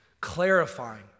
clarifying